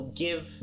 give